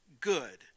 good